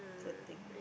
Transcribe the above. poor thing lah